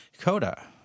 Coda